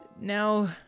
Now